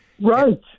right